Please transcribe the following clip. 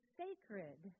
sacred